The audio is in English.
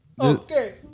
Okay